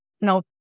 no